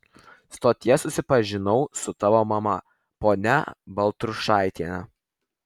stotyje susipažinau su tavo mama ponia baltrušaitiene